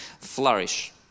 flourish